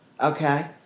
okay